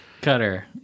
Cutter